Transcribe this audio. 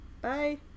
Bye